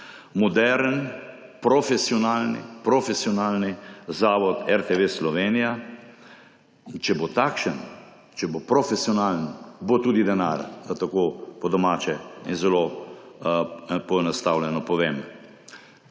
modern, profesionalni zavod RTV Slovenija. Če bo takšen, če bo profesionalen, bo tudi denar, da tako po domače in zelo poenostavljeno povem.